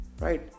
Right